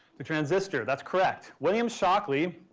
transistor. that's correct. william shockley